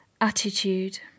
attitude